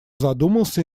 задумался